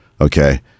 okay